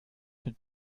mit